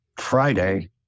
Friday